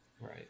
Right